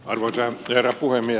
arvoisa herra puhemies